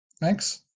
Thanks